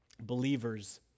Believers